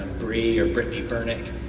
brie or brittany burnick.